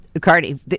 Cardi